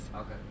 Okay